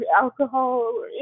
alcohol